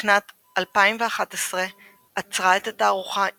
בשנת 2011 אצרה את התערוכה "אי-מהות"